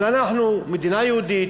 אבל אנחנו מדינה יהודית,